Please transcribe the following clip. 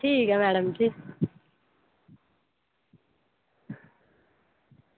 ठीक ऐ मैडम जी